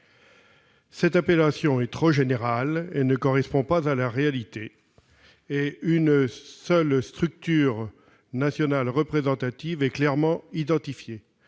Cette appellation trop générale ne correspond pas à la réalité, une seule structure nationale représentative étant clairement identifiée.